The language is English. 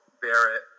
Barrett